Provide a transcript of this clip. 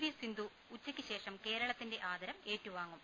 V Sindhu ഉച്ചയ്ക്ക് ശേഷം കേരളത്തിന്റെ ആദരം ഏറ്റുവാങ്ങും